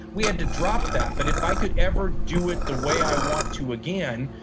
we had to drop that. but if i could ever do it the way i want to again,